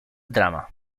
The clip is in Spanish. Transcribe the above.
drama